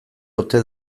ote